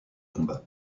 combat